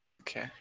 Okay